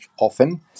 often